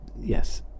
Yes